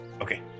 Okay